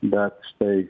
bet štai